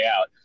out